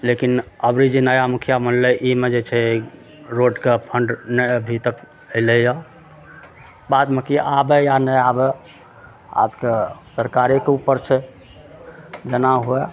लेकिन अभी जे नया मुखिया बनलय ई मे जे छै रोडके फंड नहि अभी तक अयलय यऽ बादमे किएक आबय नहि आबय आब तऽ सरकारेके उपर छै जेना हुए